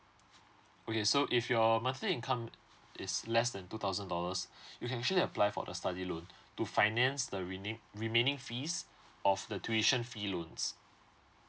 okay so if your monthly income is less than two thousand dollars you can actually apply for the study loan to finance the rename remaining fees of the tuition fee loans